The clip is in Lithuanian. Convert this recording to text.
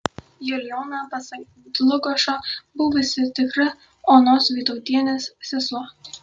julijona pasak dlugošo buvusi tikra onos vytautienės sesuo